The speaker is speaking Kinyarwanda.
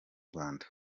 rwanda